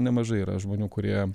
nemažai yra žmonių kurie